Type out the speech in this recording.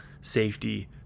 safety